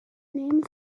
names